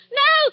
no